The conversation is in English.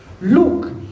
look